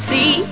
See